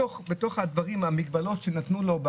בתוך המגבלות שנתנו לו,